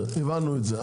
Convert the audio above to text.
הבנו את זה,